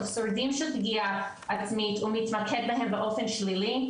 או שורדים של פגיעה עצמית ומתמקד בהם באופן שלילי,